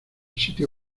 sitio